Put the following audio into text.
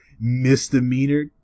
misdemeanor